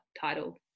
title